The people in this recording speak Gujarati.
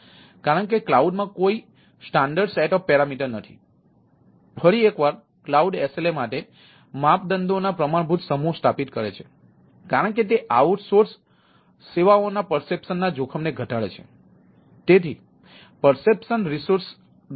કારણ કે ક્લાઉડમાં કોઈ પ્રમાણભૂત વ્યવસ્થા ઘટાડવાનો માર્ગ હોવો જોઈએ